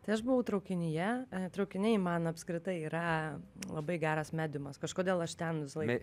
tai aš buvau traukinyje traukiniai man apskritai yra labai geras mediumas kažkodėl aš ten visąlaik